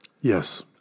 Yes